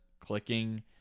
clicking